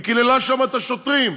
היא קיללה שם את השוטרים,